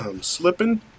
slipping